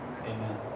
Amen